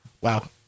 Wow